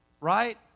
Right